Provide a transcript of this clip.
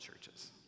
churches